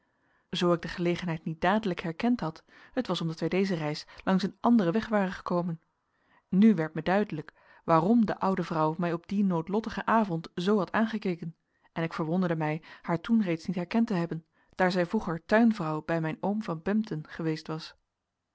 zoo ik de gelegenheid niet dadelijk herkend had het was omdat wij deze reis langs een anderen weg waren gekomen nu werd mij duidelijk waarom de oude vrouw mij op dien noodlottigen avond zoo had aangekeken en ik verwonderde mij haar toen reeds niet herkend te hebben daar zij vroeger tuinvrouw bij mijn oom van bempden geweest was